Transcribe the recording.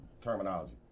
terminology